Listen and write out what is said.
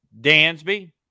Dansby